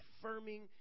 confirming